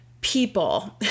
people